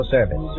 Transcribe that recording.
Service